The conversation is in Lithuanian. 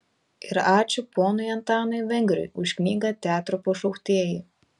ir ačiū ponui antanui vengriui už knygą teatro pašauktieji